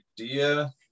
idea